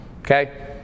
okay